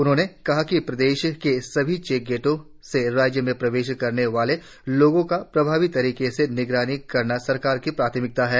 उन्होंने कहा कि प्रदेश के सभी चेक गेटो से राज्य में प्रवेश करने वाले लोगों का प्रभावी तरीके से निगरानी करना सरकार की प्राथमिकता है